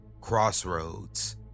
Crossroads